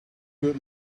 good